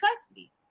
custody